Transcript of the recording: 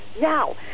Now